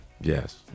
Yes